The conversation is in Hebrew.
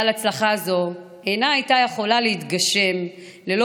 אבל הצלחה זו לא הייתה יכולה להתגשם ללא